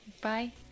bye